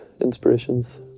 inspirations